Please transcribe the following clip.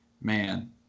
man